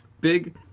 big